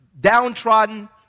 downtrodden